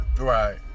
Right